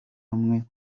hamwe